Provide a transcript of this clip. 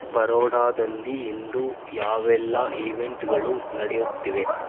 ಬರೋಡಾದಲ್ಲಿ ಇಂದು ಯಾವೆಲ್ಲ ಈವೆಂಟ್ಗಳು ನಡೆಯುತ್ತಿವೆ